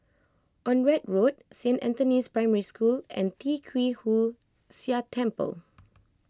Onraet Road Saint Anthony's Primary School and Tee Kwee Hood Sia Temple